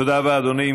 תודה רבה, אדוני.